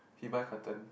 he buy carton